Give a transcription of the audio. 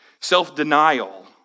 Self-denial